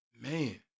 Man